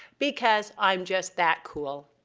because i'm just that cool.